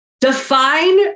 Define